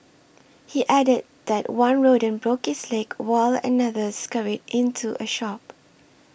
he added that one rodent broke its leg while another scurried into a shop